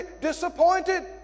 disappointed